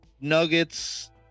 Nuggets